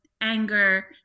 anger